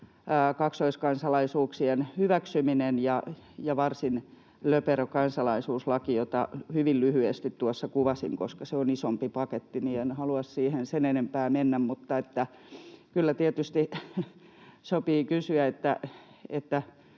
kaksoiskansalaisuuksien hyväksyminen ja varsin löperö kansalaisuuslaki, jota hyvin lyhyesti tuossa kuvasin. Koska se on isompi paketti, en halua siihen sen enempää mennä, mutta kyllä tietysti sopii kysyä,